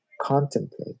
contemplate